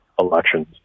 Elections